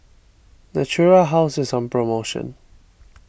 Natura House is on promotion